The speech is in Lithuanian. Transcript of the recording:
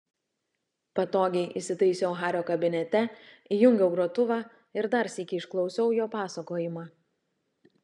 patogiai įsitaisiau hario kabinete įjungiau grotuvą ir dar sykį išklausiau jo pasakojimą